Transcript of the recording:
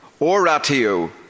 Oratio